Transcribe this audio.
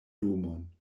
domon